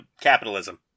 capitalism